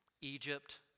Egypt